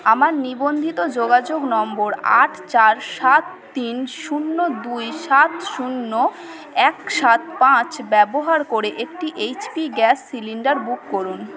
আমার নিবন্ধিত যোগাযোগ নম্বর আট চার সাত তিন শূন্য দুই সাত শূন্য এক আট পাঁচ ব্যবহার করে একটি H P gas cylinder book করুন